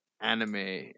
anime